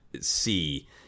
see